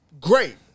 great